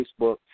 Facebook